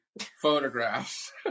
photographs